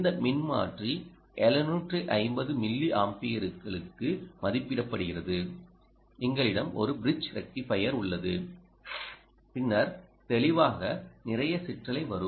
இந்த மின்மாற்றி 750 மில்லி ஆம்பியர்களுக்கு மதிப்பிடப்படுகிறது எங்களிடம் ஒரு பிரிட்ஜ் ரெக்டிஃபையர் உள்ளது பின்னர் தெளிவாக நிறைய சிற்றலை வரும்